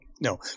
no